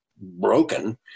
broken